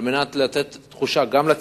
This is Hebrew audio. על מנת לתת תחושה, גם לציבור,